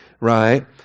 right